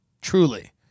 Truly